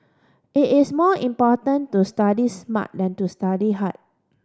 it is more important to study smart than to study hard